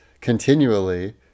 continually